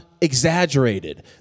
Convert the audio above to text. exaggerated